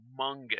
humongous